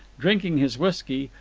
drinking his whisky,